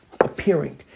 appearing